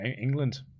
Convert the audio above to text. England